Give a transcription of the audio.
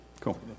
Cool